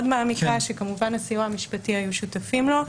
מעמיקה שכמובן הסיוע המשפטי היה שותף לה.